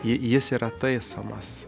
ji jis yra taisomas